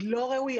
היא לא ראויה.